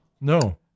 No